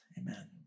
Amen